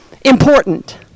important